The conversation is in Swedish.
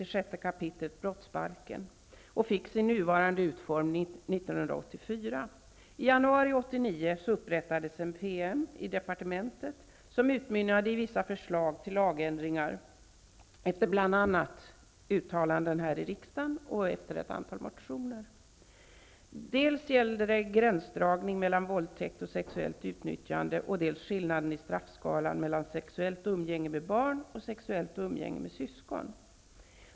I januari år 1989 upprättades en PM i departementet, som utmynnade i vissa förslag till lagändringar efter bl.a. uttalanden här i riksdagen och efter ett antal motioner. Dels gällde det gränsdragning mellan våldtäkt och sexuellt utnyttjande. Dels gällde det skillnaden i straffskalan mellan sexuellt umgänge med barn och sexuellt umgänge med syskon.